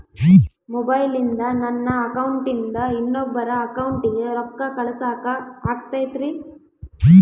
ಮೊಬೈಲಿಂದ ನನ್ನ ಅಕೌಂಟಿಂದ ಇನ್ನೊಬ್ಬರ ಅಕೌಂಟಿಗೆ ರೊಕ್ಕ ಕಳಸಾಕ ಆಗ್ತೈತ್ರಿ?